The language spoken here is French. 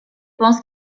pense